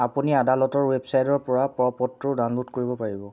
আপুনি আদালতৰ ৱেবছাইটৰ পৰা প্ৰ পত্ৰও ডাউনলোড কৰিব পাৰিব